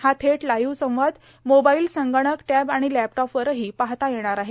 हा थेट लाईव्ह संवाद मोबाईल संगणक टॅब आाण लॅपटॉपवरहो पाहता येणार आहे